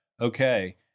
okay